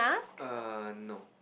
err no